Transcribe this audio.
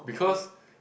because